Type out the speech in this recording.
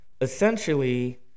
essentially